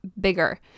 bigger